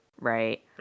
right